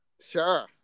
Sure